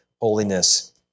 holiness